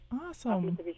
Awesome